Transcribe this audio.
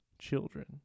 children